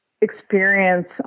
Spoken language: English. experience